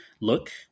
look